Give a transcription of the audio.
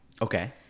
Okay